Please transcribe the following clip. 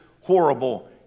horrible